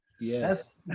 Yes